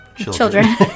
Children